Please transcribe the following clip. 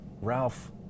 Ralph